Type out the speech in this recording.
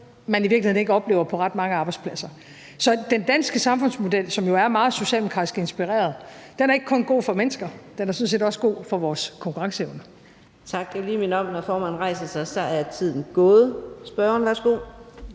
man i virkeligheden ikke oplever på ret mange arbejdspladser. Så den danske samfundsmodel, som jo er meget socialdemokratisk inspireret, er ikke kun god for mennesker. Den er sådan set også god for vores konkurrenceevne. Kl. 13:31 Fjerde næstformand (Karina Adsbøl): Jeg vil lige minde om, at når formanden rejser sig, er tiden gået. Spørgeren, værsgo.